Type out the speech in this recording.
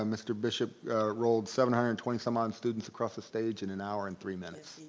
um mr. bishop rolled seven hundred and twenty some odd students across the stage in an hour and three minutes.